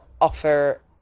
offer